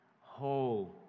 whole